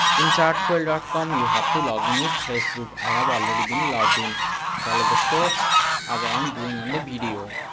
in chat fuel, like um you have to login with facebook, i have already been logged in follow the steps as i am doing on the video.